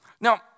Now